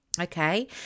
okay